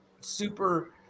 super